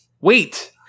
Wait